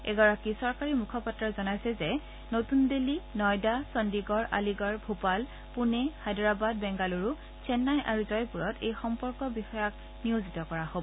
এগৰাকী চৰকাৰী মুখপাত্ৰই জনাইছে যে নতূন দিন্নী নয়দা চণ্ডীগড় আলিগড় ভূপাল পুণে হায়দৰাবাদ বেংগালুৰু চেন্নাই আৰু জয়পুৰত এই সম্পৰ্ক বিষয়াক নিয়োজিত কৰা হব